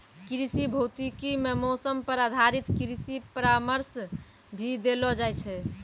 कृषि भौतिकी मॅ मौसम पर आधारित कृषि परामर्श भी देलो जाय छै